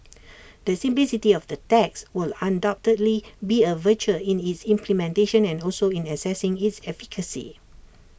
the simplicity of the tax will undoubtedly be A virtue in its implementation and also in assessing its efficacy